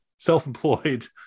Self-employed